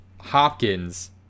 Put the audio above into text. Hopkins